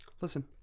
Listen